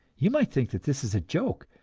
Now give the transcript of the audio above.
you might think that this is a joke,